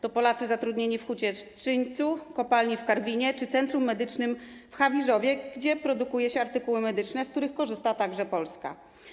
To Polacy zatrudnieni w hucie w Trzyńcu, kopalni w Karwinie czy centrum medycznym w Hawierzowie, gdzie produkuje się artykuły medyczne, z których korzysta także Polska.